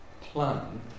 plan